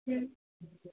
હમ્મ